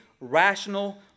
rational